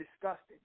disgusting